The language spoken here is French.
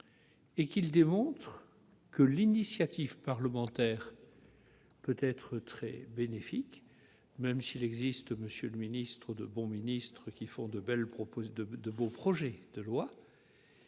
et il démontre que l'initiative parlementaire peut être très bénéfique- même s'il existe, monsieur le ministre, de bons ministres, qui préparent de beaux projets de loi